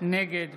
נגד